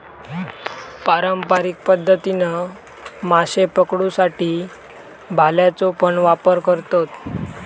पारंपारिक पध्दतीन माशे पकडुसाठी भाल्याचो पण वापर करतत